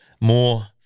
more